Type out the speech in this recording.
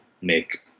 make